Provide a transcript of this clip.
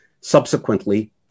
subsequently